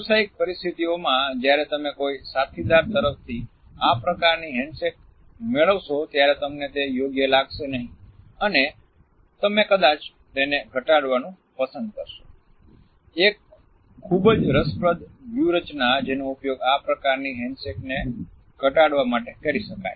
વ્યાવસાયિક પરિસ્થિતિઓમાં જ્યારે તમે કોઈ સાથીદાર તરફથી આ પ્રકારની હેન્ડશેક મેળવશો ત્યારે તમને તે યોગ્ય લાગશે નહીં અને તમે કદાચ તેને ઘટાડવાનું પસંદ કરશો એક ખૂબ જ રસપ્રદ વ્યૂહરચના જેનો ઉપયોગ આ પ્રકારની હેન્ડશેકને ઘટાડવા માટે કરી શકાય